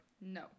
No